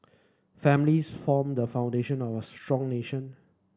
families form the foundation of a strong nation